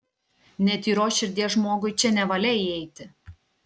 netyros širdies žmogui čia nevalia įeiti